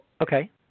okay